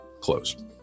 close